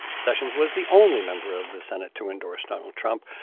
sessions was the only member of the senate to endorse donald trump,